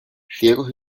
ciegos